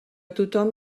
tothom